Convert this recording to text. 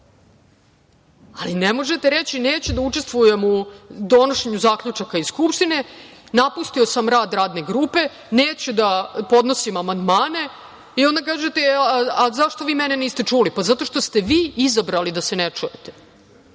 Ali, ne možete reći – neću da učestvujem u donošenju zaključaka Skupštine, napustio sam rad Radne grupe, neću da ponosim amandmane i onda kažete – zašto vi mene niste čuli? Zato što ste vi izabrali da se ne čujete.